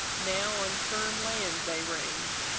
now on firm land they range,